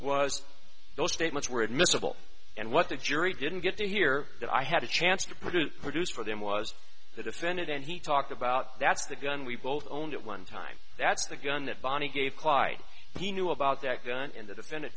was those statements were admissible and what the jury didn't get to hear that i had a chance to put it produced for them was that offended and he talked about that's the gun we both owned at one time that's the gun that bonnie gave cly he knew about that gun in the defendant